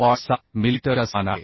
7 millimetre च्या समान आहे